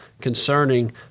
concerning